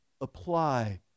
apply